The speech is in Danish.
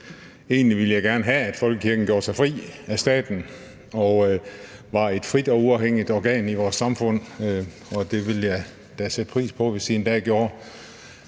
Egentlig ville jeg gerne have, at folkekirken gjorde sig fri af staten og var et frit og uafhængigt organ i vores samfund, og det vil jeg da sætte pris på hvis de en dag gjorde.